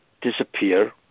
disappear